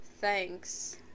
thanks